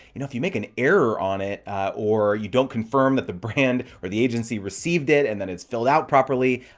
you know if you make an error on it or you don't confirm that the brand or the agency received it and then it's filled out properly,